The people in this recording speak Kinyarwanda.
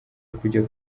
kujya